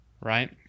right